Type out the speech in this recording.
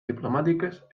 diplomàtiques